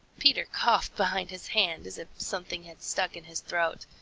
peter coughed behind his hand as if something had stuck in his throat.